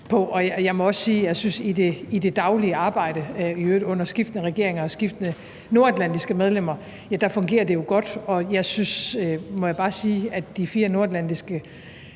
og jeg må også sige, at jeg synes, at det i det daglige arbejde, i øvrigt under skiftende regeringer og skiftende nordatlantiske medlemmer, fungerer godt. Og jeg synes, må jeg bare sige, at de